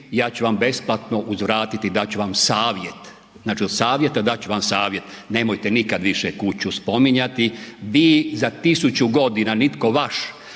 ja ću vam besplatno uzvratiti i dati ću vam savjet, znači od savjeta dati ću vam savjet, nemojte nikad više kuću spominjati, vi za tisuću godina i nitko vaš